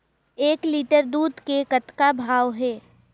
एक लिटर दूध के कतका भाव हे?